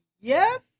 Yes